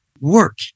work